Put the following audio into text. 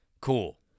cool